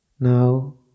Now